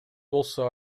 болсо